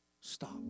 stop